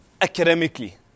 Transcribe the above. academically